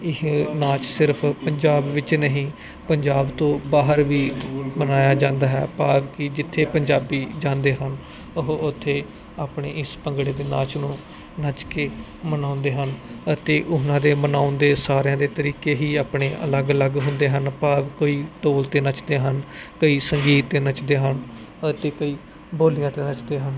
ਇਹ ਨਾਚ ਸਿਰਫ ਪੰਜਾਬ ਵਿੱਚ ਨਹੀਂ ਪੰਜਾਬ ਤੋਂ ਬਾਹਰ ਵੀ ਮਨਾਇਆ ਜਾਂਦਾ ਹੈ ਭਾਵ ਕੀ ਜਿੱਥੇ ਪੰਜਾਬੀ ਜਾਂਦੇ ਹਨ ਉਹ ਉੱਥੇ ਆਪਣੇ ਇਸ ਭੰਗੜੇ ਦੇ ਨਾਚ ਨੂੰ ਨੱਚ ਕੇ ਮਨਾਉਂਦੇ ਹਨ ਅਤੇ ਉਹਨਾਂ ਦੇ ਮਨਾਉਣ ਦੇ ਸਾਰਿਆਂ ਦੇ ਤਰੀਕੇ ਹੀ ਆਪਣੇ ਅਲੱਗ ਅਲੱਗ ਹੁੰਦੇ ਹਨ ਭਾਵ ਕੋਈ ਢੋਲ ਤੇ ਨੱਚਦੇ ਹਨ ਕਈ ਸੰਗੀਤ ਤੇ ਨੱਚਦੇ ਹਨ ਅਤੇ ਕਈ ਬੋਲੀਆਂ ਤੇ ਨੱਚਦੇ ਹਨ